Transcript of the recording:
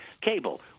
cable